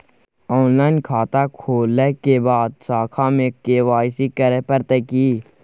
Online खाता खोलै के बाद शाखा में के.वाई.सी करे परतै की?